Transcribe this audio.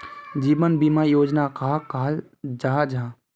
जीवन बीमा योजना कहाक कहाल जाहा जाहा?